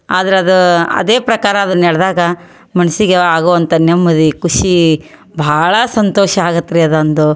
ಆದ್ರೆ ಅದು ಅದೇ ಪ್ರಕಾರ ಅದು ನಡ್ದಾಗ ಮನ್ಸಿಗೆ ಆಗುವಂಥ ನೆಮ್ಮದಿ ಖುಷಿ ಭಾಳ ಸಂತೋಷ ಆಗತ್ತೆ ರೀ ಅದೊಂದು